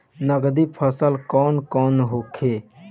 नकदी फसल कौन कौनहोखे?